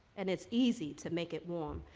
and it's easy to make it warm.